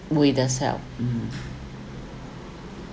we does help mm